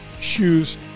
shoes